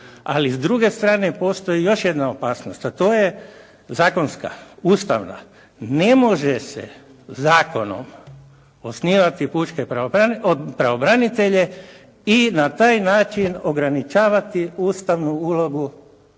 Ali s druge strane, postoji još jedna opasnost, a to je zakonska, ustavna. Ne može se zakonom osnivati pučke pravobranitelje i na taj način ograničavati ustavnu ulogu